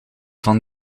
van